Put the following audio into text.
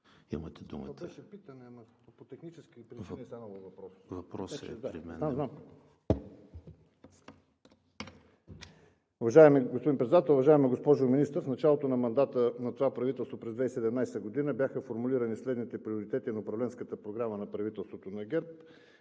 Уважаеми господин Председател, уважаема госпожо Министър! В началото на мандата на това правителство през 2017 г. бяха формулирани следните приоритети на управленската програма на правителството на ГЕРБ,